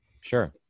Sure